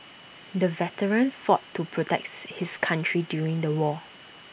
the veteran fought to protects his country during the war